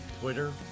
Twitter